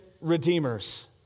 redeemers